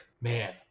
man